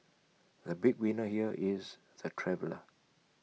the big winner here is the traveller